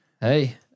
hey